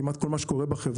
כמעט כל מה שקורה בחברה,